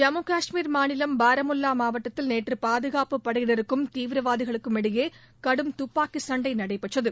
ஜம்மு கஷ்மீர் மாநிலம் பாரமுல்லா மாவட்டத்தில் நேற்று பாதுகாப்புப் படையினருக்கும் தீவிரவாதிகளுக்கும் இடையே கடும் துப்பாக்கிச் சண்டை நடைபெற்றது